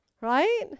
Right